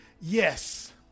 Yes